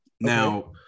Now